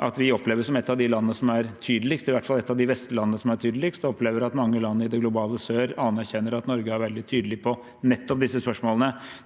at vi oppleves som et av de landene som er tydeligst, i hvert fall et av de vestlige landene som er tydeligst, og vi opplever at mange land i det globale sør anerkjenner at Norge er veldig tydelig på nettopp disse spørsmålene.